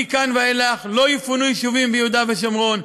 מכאן ואילך לא יפונו יישובים ביהודה ושומרון.